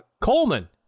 Coleman